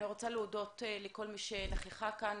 אני רוצה להודות לכל מי שנכח כאן.